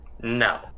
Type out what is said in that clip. no